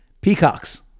Peacocks